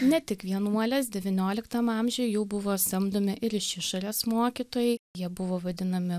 ne tik vienuolės devynioliktam amžiuj jau buvo samdomi ir iš išorės mokytojai jie buvo vadinami